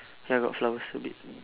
ya got flowers a bit